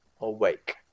awake